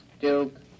Duke